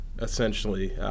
essentially